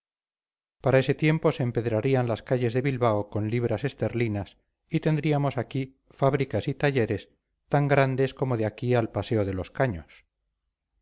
para ese tiempo se empedrarían las calles de bilbao con libras esterlinas y tendríamos aquí fábricas y talleres tan grandes como de aquí al paseo de los caños